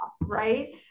right